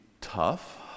tough